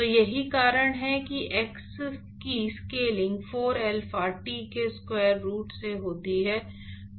तो यही कारण है कि x की स्केलिंग 4 अल्फा t के स्क्वायर रूट से होती है